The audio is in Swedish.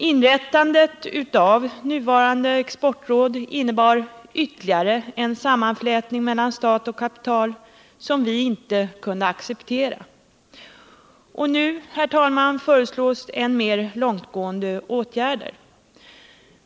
Inrättandet av det nuvarande Exportrådet innebar ytterligare en sammanflätning mellan stat och kapital som vi inte kunde acceptera. Nu föreslås än mer långtgående åtgärder.